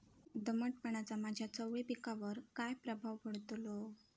दमटपणाचा माझ्या चवळी पिकावर काय प्रभाव पडतलो?